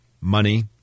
money